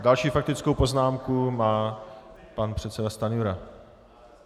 Další faktickou poznámku má pan předseda Stanjura.